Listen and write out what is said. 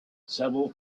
several